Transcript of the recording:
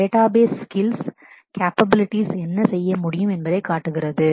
database database skills skills capabilities capabilities என்ன செய்ய முடியும் என்பதை காட்டுகிறது